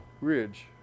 ridge